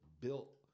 built